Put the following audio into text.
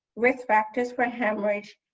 risk factors for hemorrhage,